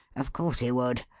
of course he would.